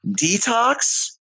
detox